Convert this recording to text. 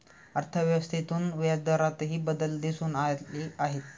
अर्थव्यवस्थेतून व्याजदरातही बदल दिसून आले आहेत